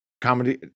comedy